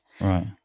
Right